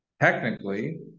technically